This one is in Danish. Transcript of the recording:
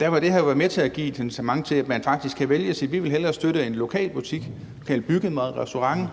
Der kunne det her jo være med til at give et incitament til, at man faktisk kunne vælge at sige: Vi vil hellere støtte en lokal butik, et lokalt byggemarked, en restaurant,